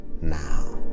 now